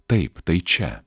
taip tai čia